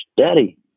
Daddy